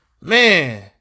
Man